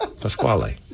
Pasquale